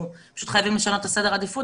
אנחנו פשוט חייבים לשנות את סדר העדיפות